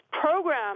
program